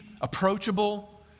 approachable